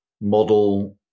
model